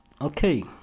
Okay